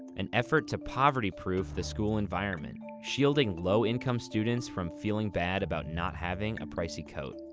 an effort to poverty-proof the school environment. shielding low-income students from feeling bad about not having a pricey coat.